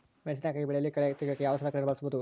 ಮೆಣಸಿನಕಾಯಿ ಬೆಳೆಯಲ್ಲಿ ಕಳೆ ತೆಗಿಯೋಕೆ ಯಾವ ಸಲಕರಣೆ ಬಳಸಬಹುದು?